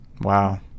Wow